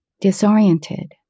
Disoriented